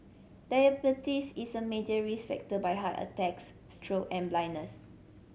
diabetes is a major risk factor by heart attacks stroke and blindness